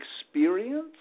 experience